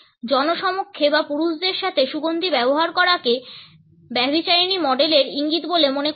জনসমক্ষে বা পুরুষদের সাথে সুগন্ধি ব্যবহার করাকে ব্যভিচারিণী মডেলের ইঙ্গিত বলে মনে করা হয়